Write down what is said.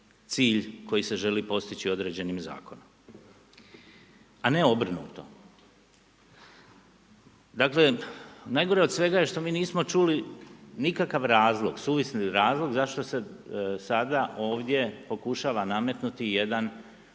cilj koji se želi postići određenim zakonom a ne obrnuto. Dakle, najgore od svega je što mi nismo čuli nikakav razlog, suvisli razlog zašto se sada ovdje pokušava nametnuti jedno